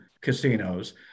casinos